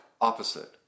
opposite